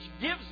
gives